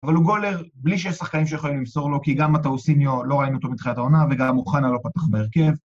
אבל הוא גולר בלי שיש שחקנים שיכולים למסור לו, כי גם התאוסיניו לא ראינו אותו מתחילת העונה, וגם לא פתח בהרכב.